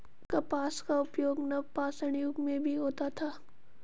कपास का उपयोग नवपाषाण युग में भी होता था